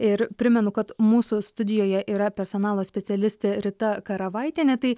ir primenu kad mūsų studijoje yra personalo specialistė rita karavaitienė tai